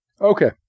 Okay